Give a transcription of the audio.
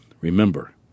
remember